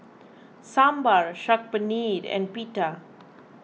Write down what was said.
Sambar Saag Paneer and Pita